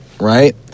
right